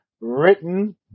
written